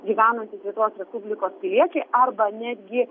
gyvenantys lietuvos respublikos piliečiai arba netgi